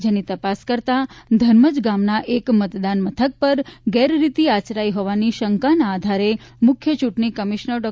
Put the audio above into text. જેની તપાસ કરતા ધર્મજ ગામના એક મતદાન મથક પર ગેરરીતિ આચરાઈ હોવાની શંકાના આધારે મુખ્ય ચૂંટણી કમિશનર ડો